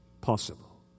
possible